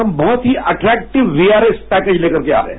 हम बहुत ही एटरेक्टिव वीआरएस पैकेज लेकर आ रहे हैं